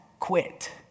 Quit